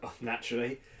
Naturally